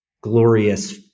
glorious